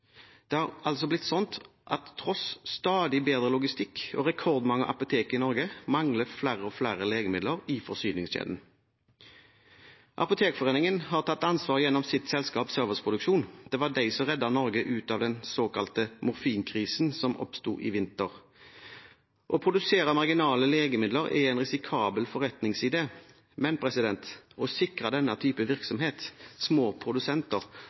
Det har blitt sånn at tross stadig bedre logistikk og rekordmange apotek i Norge mangler flere og flere legemidler i forsyningskjeden. Apotekforeningen har tatt ansvar gjennom sitt selskap, Serviceproduksjon. Det var det som reddet Norge ut av den såkalte morfinkrisen som oppsto i vinter. Det å produsere marginale legemidler er en risikabel forretningsidé, men å sikre denne type virksomhet – små produsenter